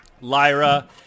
Lyra